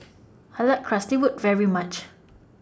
I like Currywurst very much